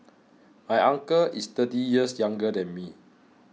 my uncle is thirty years younger than me